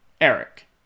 Eric